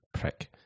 Prick